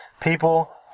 people